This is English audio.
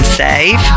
save